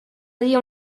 dia